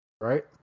right